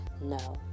No